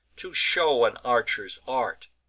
to show an archer's art,